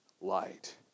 light